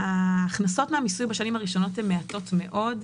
ההכנסות מהמיסוי בשנים הראשונות הן מעטות מאוד,